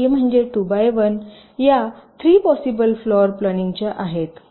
E म्हणजे 2 by 1 या 3 possible floor planning च्या आहेत